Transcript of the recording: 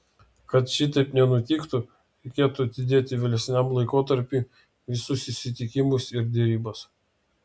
kad šitaip nenutiktų reikėtų atidėti vėlesniam laikotarpiui visus susitikimus ir derybas